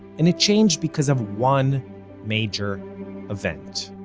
and it changed because of one major event.